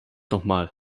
nochmal